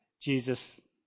Jesus